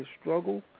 struggle